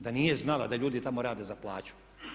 Da nije znala da ljudi tamo rade za plaću?